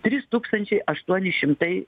trys tūkstančiai aštuoni šimtai